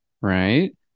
right